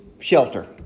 shelter